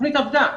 והתוכנית עבדה,